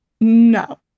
no